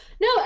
No